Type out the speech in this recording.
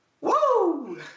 Woo